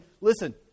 listen